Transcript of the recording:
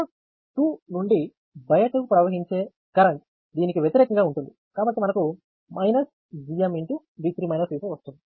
node 2 నుండి బయటకి ప్రవహించే కరెంట్ దీనికి వ్యతిరేకంగా ఉంటుంది కాబట్టి మనకు GM వస్తుంది